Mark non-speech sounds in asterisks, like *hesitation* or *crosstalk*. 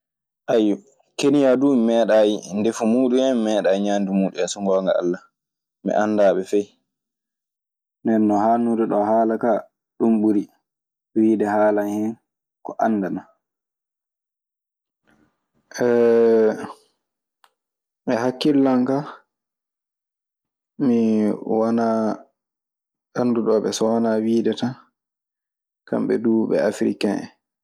Aiyo keniya dun ni meɗayi ndefu mudum hen mi meɗayi ŋamdu mudum hen so gonga alla mi andaɓe feyi. Nden non haaɗnude ɗoo haala kaa, ɗun ɓuri wiide haalan hen ko anndanaa. *hesitation* E hakkillan ka mi wanaa anduɗo ɓe so wanaa wiide tan kamɓe duu ɓe afriken en.